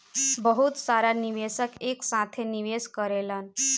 बहुत सारा निवेशक एक साथे निवेश करेलन